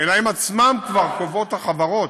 אלא הן עצמם כבר קובעות, החברות,